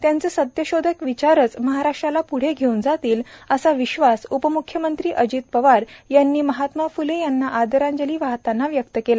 त्यांचे सत्यशोधक विचारच महाराष्ट्राला प्ढे घेऊन जातील असा विश्वास उपम्ख्यमंत्री अजित पवार यांनी महात्मा फ्ले यांना आदरांजली वाहताना व्यक्त केला